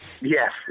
yes